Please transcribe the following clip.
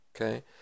Okay